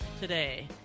today